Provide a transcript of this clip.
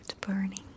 burning